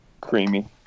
Creamy